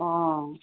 অঁ